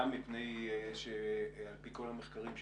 גם מפני שעל פי כל המחקרים,